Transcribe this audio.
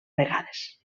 vegades